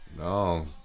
No